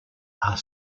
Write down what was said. are